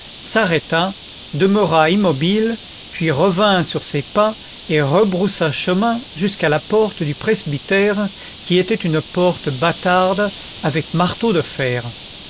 s'arrêta demeura immobile puis revint sur ses pas et rebroussa chemin jusqu'à la porte du presbytère qui était une porte bâtarde avec marteau de fer